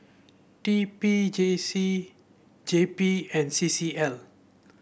T P J C J P and C C L